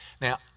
Now